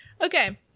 Okay